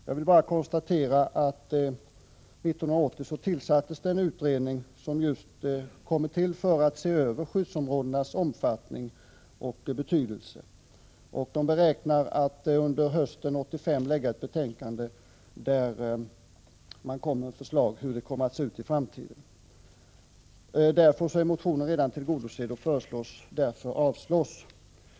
Jag konstaterar bara att 1980 tillsattes en utredning just för att se över skyddsområdenas omfattning och betydelse. Utredningen beräknas lägga fram ett betänkande under hösten 1985 med förslag om hur det kommer att se ut i framtiden. Därför är motionen redan tillgodosedd, och utskottet föreslår att den avslås.